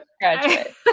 graduate